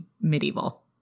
medieval